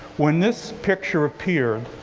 when this picture appeared,